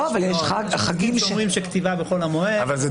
כן, סוכות.